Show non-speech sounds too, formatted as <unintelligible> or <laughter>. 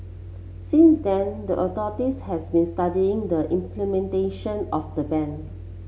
since then the <unintelligible> has been studying the implementation of the ban